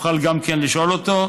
תוכל גם כן לשאול אותו,